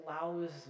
allows